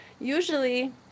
usually